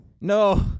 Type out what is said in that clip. No